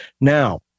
now